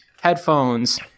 headphones